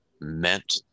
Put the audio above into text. meant